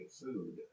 food